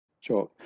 Sure